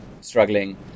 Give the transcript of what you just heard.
struggling